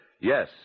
Yes